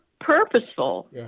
purposeful